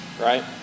right